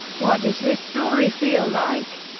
what does his story feel like?